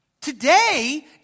Today